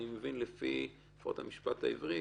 אני מבין לפחות לפי המשפט העברי